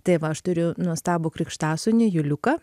tai va aš turiu nuostabų krikštasūnį juliuką